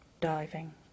diving